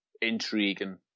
intriguing